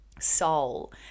soul